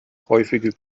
häufige